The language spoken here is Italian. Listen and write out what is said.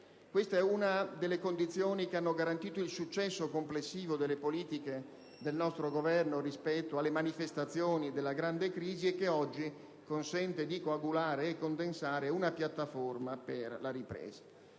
Questa è una delle condizioni che hanno garantito il successo complessivo delle politiche... *(Brusìo. Richiami del Presidente)* ... del nostro Governo rispetto alle manifestazioni della grande crisi e che oggi consente di coagulare e condensare una piattaforma per la ripresa.